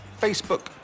Facebook